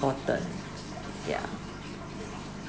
important yeah